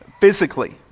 Physically